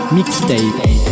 Mixtape